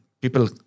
people